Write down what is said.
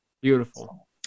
Beautiful